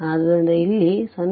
ಆದ್ದರಿಂದ ಇಲ್ಲಿ 0